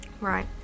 Right